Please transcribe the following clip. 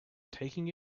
taking